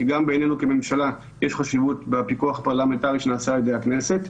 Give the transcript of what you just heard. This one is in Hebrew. כי גם בעינינו כממשלה יש חשיבות בפיקוח פרלמנטרי שנעשה על ידי הכנסת.